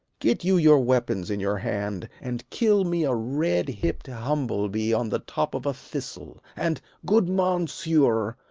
get you your weapons in your hand and kill me a red-hipp'd humble-bee on the top of a thistle and, good mounsieur,